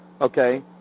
Okay